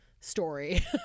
story